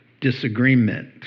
disagreement